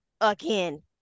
again